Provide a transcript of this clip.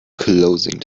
closing